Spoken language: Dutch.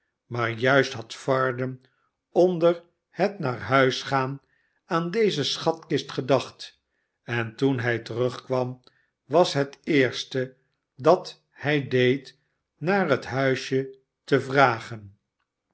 maar juist had varden onder het naar huis gaan aan deze schatkist gedacht en toen hij terugkwam was het eerste dat hij deed naar het huisje te vragen